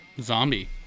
Zombie